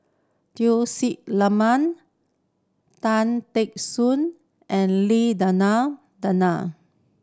Tun Sri Tan Teck Soon and Lim Denan Denon